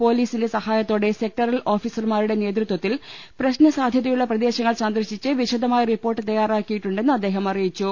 പൊലീസിന്റെ സഹായത്തോടെ സെക്ടറൽ ഓഫീ സർമാരുടെ നേതൃത്വത്തിൽ പ്രശ്നസാധൃതയുള്ള പ്രദേശങ്ങൾ സന്ദർശിച്ച് വിശദമായ റിപ്പോർട്ട് തയാറാക്കിയിട്ടുണ്ടെന്ന് അദ്ദേഹം അറിയിച്ചു